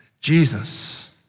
Jesus